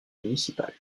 municipal